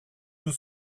nos